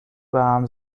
بهم